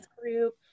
group